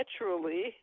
naturally